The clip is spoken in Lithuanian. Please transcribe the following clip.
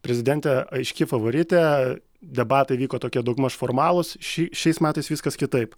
prezidentė aiški favoritė debatai vyko tokie daugmaž formalūs ši šiais metais viskas kitaip